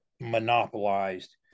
monopolized